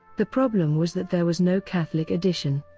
the problem was that there was no catholic edition.